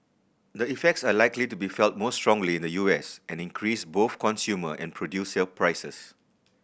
the effects are likely to be felt more strongly in the U S and increase both consumer and producer prices